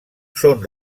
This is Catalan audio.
són